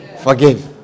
Forgive